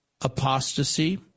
apostasy